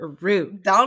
rude